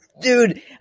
Dude